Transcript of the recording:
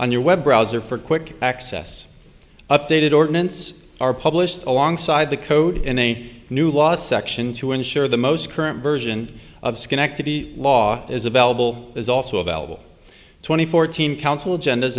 on your web browser for quick access updated ordinance are published alongside the code in a new law section to ensure the most current version of schenectady law is available is also available twenty four team council gend